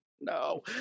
no